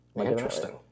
Interesting